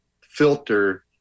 filter